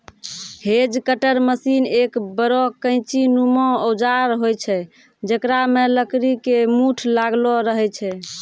hedge cutter machine एक बड़ो कैंची नुमा औजार होय छै जेकरा मॅ लकड़ी के मूठ लागलो रहै छै